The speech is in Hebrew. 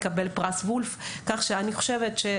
לא הייתה לי שום